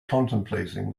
contemplating